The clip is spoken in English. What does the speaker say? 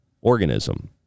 organism